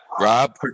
Rob